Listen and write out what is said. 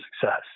success